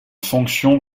fonction